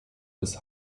des